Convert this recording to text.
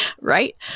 right